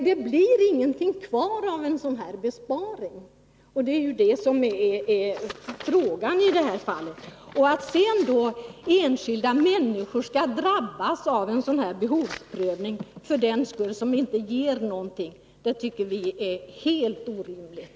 Det blir ingenting kvar av en sådan besparing som det är fråga om, och det är väsentligt i detta sammanhang. Att sedan enskilda människor skall drabbas av en behovsprövning, som ändå inte ger någon vinst, tycker vi är helt orimligt.